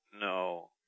No